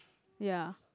ya